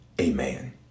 Amen